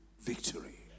victory